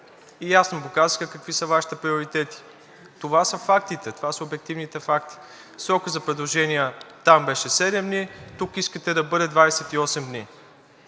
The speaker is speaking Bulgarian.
и ясно показаха какви са Вашите приоритети. Това са фактите, това са обективните факти. Срокът за предложения там беше седем дни, тук искате да бъде 28 дни.